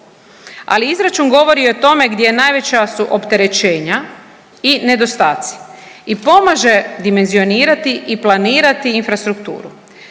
ali izračun govori i o tome gdje najveća su opterećenja i nedostaci i pomaže dimenzionirati i planirati infrastrukturu.